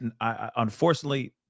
Unfortunately